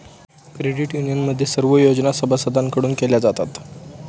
credit युनियनमध्ये सर्व योजना सभासदांकडून केल्या जातात